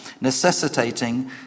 necessitating